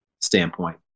standpoint